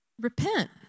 repent